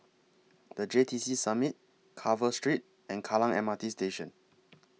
The J T C Summit Carver Street and Kallang M R T Station